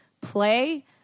play